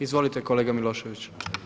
Izvolite kolega Milošević.